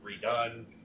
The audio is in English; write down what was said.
redone